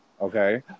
okay